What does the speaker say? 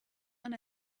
and